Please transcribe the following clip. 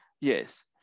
yes